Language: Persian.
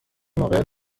موقعیت